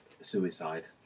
suicide